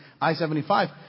I-75